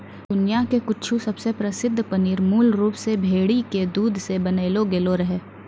दुनिया के कुछु सबसे प्रसिद्ध पनीर मूल रूप से भेड़ी के दूध से बनैलो गेलो रहै